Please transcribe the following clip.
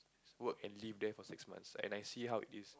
work and live there for six months and I see how it is